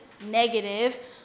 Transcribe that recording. negative